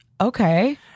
Okay